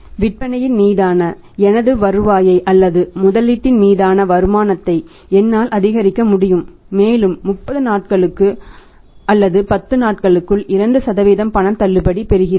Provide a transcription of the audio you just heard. விற்பனையின் மீதான எனது வருவாயை அல்லது முதலீட்டின் மீதான வருமானத்தை என்னால் அதிகரிக்க முடியும் மேலும் 30 நாட்களுக்குள் அல்ல 10 நாட்களுக்குள் 2 பணம் தள்ளுபடி பெறுகிறேன்